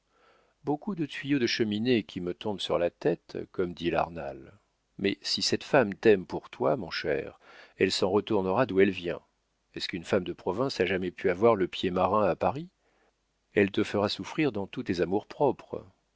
beaucoup de tuyaux de cheminée qui me tombent sur la tête comme dit arnal mais si cette femme t'aime pour toi mon cher elle s'en retournera d'où elle vient est-ce qu'une femme de province a jamais pu avoir le pied marin à paris elle te fera souffrir dans tous tes